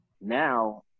now